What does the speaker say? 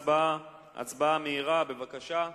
ההצעה להעביר את הצעת החוק לתיקון פקודת מס הכנסה (מס'